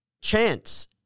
chance